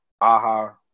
Aha